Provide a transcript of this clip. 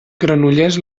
granollers